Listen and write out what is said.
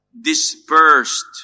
dispersed